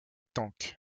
tank